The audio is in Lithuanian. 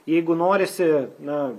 jeigu norisi na